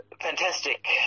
fantastic